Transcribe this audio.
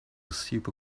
super